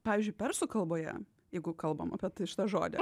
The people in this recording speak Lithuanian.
pavyzdžiui persų kalboje jeigu kalbam apie tai šitą žodį